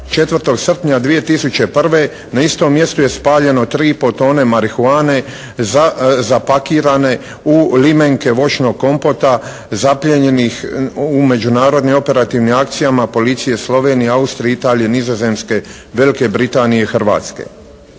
4. srpnja 2001. na istom mjestu je spaljeno 3 i po tone marihuane zapakirane u limenke voćnog kompota zaplijenjenih u međunarodnim operativnim akcijama policije Slovenije, Austrije, Italije, Nizozemske, Velike Britanije i Hrvatske.